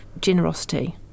generosity